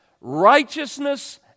righteousness